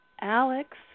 Alex